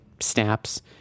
snaps